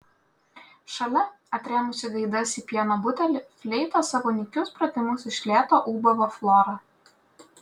šalia atrėmusi gaidas į pieno butelį fleita savo nykius pratimus iš lėto ūbavo flora